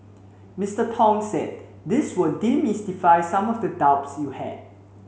Mister Tong said this will demystify some of the doubts you had